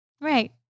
Right